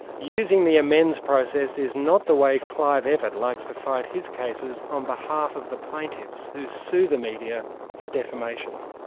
using the amends process is not the way clive evatt likes to fight his cases on behalf of the plaintiffs who sue the media for defamation.